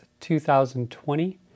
2020